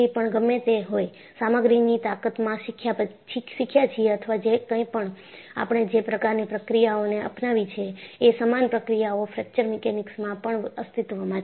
પણ ગમે તે હોય સામગ્રીની તાકતમાં શીખ્યા છીએ અથવા જે કંઈપણ આપણે જે પ્રકારની પ્રક્રિયાઓને અપનાવી છે એ સમાન પ્રક્રિયાઓ ફ્રેક્ચર મિકેનિક્સમાં પણ અસ્તિત્વમાં છે